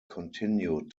continued